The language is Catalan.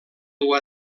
dur